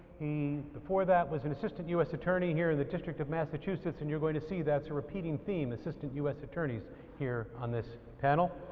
he before that was an assistant us attorney here in the district of massachusetts, and you're going to see that is a repeating theme assistant us attorney here on this panel.